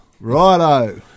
Righto